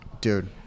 Dude